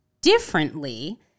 differently